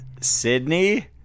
Sydney